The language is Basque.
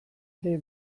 ere